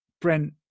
Brent